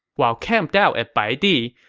while camped out at baidi,